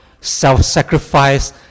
self-sacrifice